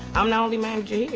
i'm the only manager here.